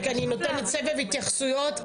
אני נותנת סבב התייחסויות,